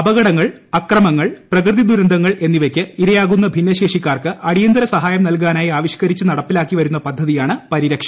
അപകടങ്ങൾ അക്രമങ്ങൾ പ്രകൃതി ദുരന്തങ്ങൾ എന്നിവയ്ക്ക് ഇരയാകുന്ന ഭിന്നശേഷിക്കാർക്ക് അടിയന്തര സഹായം നൽകാനായി ആവിഷ്ക്കരിച്ച് നടപ്പിലാക്കി വരുന്ന പദ്ധതിയാണ് പരിരക്ഷ